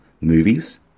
movies